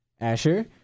Asher